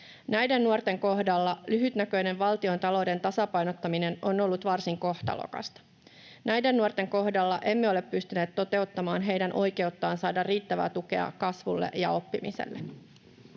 Näiden nuorten kohdalla lyhytnäköinen valtiontalouden tasapainottaminen on ollut varsin kohtalokasta. Näiden nuorten kohdalla emme ole pystyneet toteuttamaan heidän oikeuttaan saada riittävää tukea kasvulle ja oppimiselle.